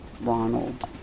Ronald